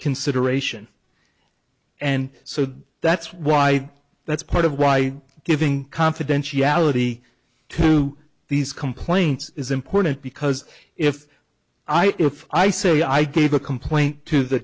consideration and so that's why that's part of why giving confidentiality to these complaints is important because if i if i say i gave a complaint to the